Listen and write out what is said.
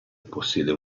possiede